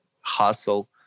hustle